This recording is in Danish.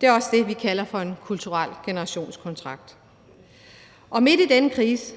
Det er også det, vi kalder for en kulturel generationskontrakt. Midt i denne krise